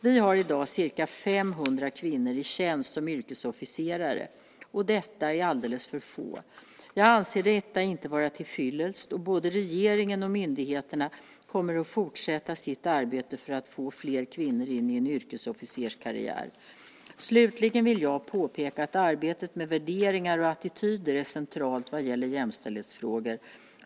Vi har i dag ca 500 kvinnor i tjänst som yrkesofficerare, och det är alldeles för få. Jag anser detta inte vara tillfyllest, och både regeringen och myndigheterna kommer att fortsätta sitt arbete för få fler kvinnor in i en yrkesofficerskarriär. Slutligen vill jag påpeka att arbetet med värderingar och attityder är centralt vad gäller jämställdhetsfrågor.